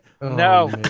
No